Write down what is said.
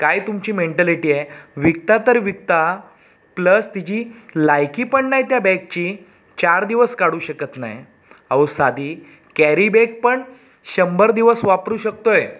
काय तुमची मेंटॅलिटी आहे विकता तर विकता प्लस तिची लायकी पण नाही त्या बॅगची चार दिवस काढू शकत नाही अहो साधी कॅरीबॅग पण शंभर दिवस वापरू शकतो आहे